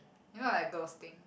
you know like girls thing